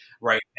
Right